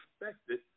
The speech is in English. expected